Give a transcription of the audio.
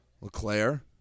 LeClaire